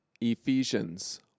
Ephesians